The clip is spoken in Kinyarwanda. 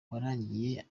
warangiye